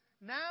Now